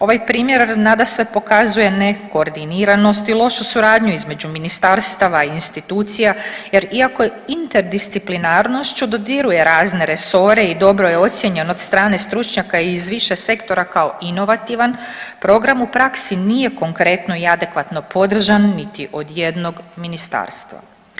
Ovaj primjer nadasve pokazuje nekoordiniranost i lošu suradnju između ministarstava i institucija jer iako je interdisciplinarnošću, dodiruje razne resore i dobro je ocijenjen od strane stručnjaka i iz više sektora kao inovativan, program u praksi nije konkretno i adekvatno podržan niti od jednog ministarstva.